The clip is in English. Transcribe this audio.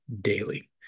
daily